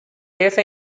பேச